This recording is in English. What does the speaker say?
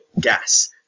gas